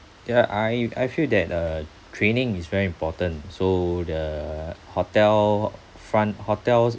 ya I I feel that uh training is very important so the hotel front hotels